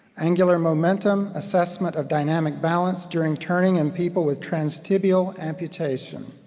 angular momentum assessment of dynamic balance during turning and people with trans tibial amputation.